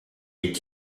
est